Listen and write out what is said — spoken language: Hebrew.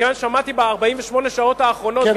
מפני ששמעתי ב-48 השעות האחרונות ביקורת על הממשלה.